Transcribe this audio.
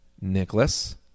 Nicholas